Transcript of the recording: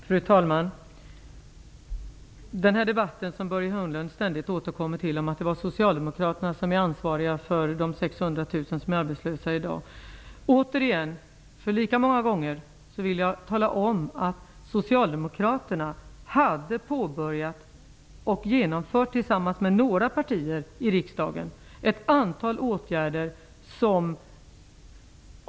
Fru talman! Börje Hörnlund återkommer ständigt till debatten om att det är socialdemokraterna som är ansvariga för de 600 000 som är arbetslösa i dag. Återigen -- efter lika många gånger -- vill jag tala om att Socialdemokraterna hade påbörjat och tillsammans med några partier i riksdagen genomfört ett antal åtgärder.